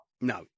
no